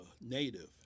native